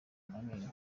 menyo